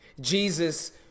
Jesus